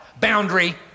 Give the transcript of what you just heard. Boundary